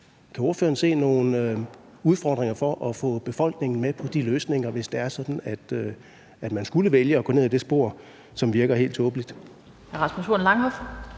Kan ordføreren se nogle udfordringer med at få befolkningen med på de løsninger, hvis det er sådan, at man skulle vælge at gå ned ad det spor, som virker helt tåbeligt?